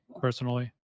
personally